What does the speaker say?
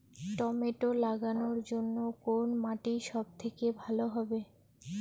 Tomato লাগানোর জন্যে কোন মাটি সব থেকে ভালো হবে?